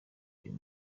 uyu